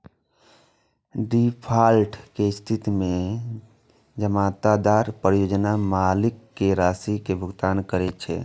default के स्थिति मे जमानतदार परियोजना मालिक कें राशि के भुगतान करै छै